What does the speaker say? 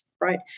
right